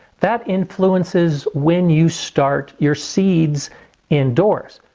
that influences when you start your seeds indoors.